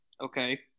Okay